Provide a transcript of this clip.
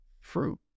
fruit